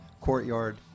Courtyard